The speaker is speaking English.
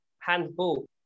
Handball